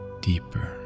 deeper